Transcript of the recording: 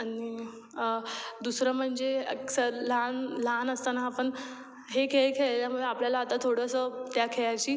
आणि दुसरं म्हणजे अक्सर लहान लहान असताना आपण हे खेळ खेळल्यामुळे आपल्याला आता थोडंसं त्या खेळाची